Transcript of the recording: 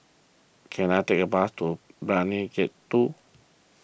can I take a bus to Brani Gate two